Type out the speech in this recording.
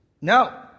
No